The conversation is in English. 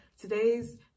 Today's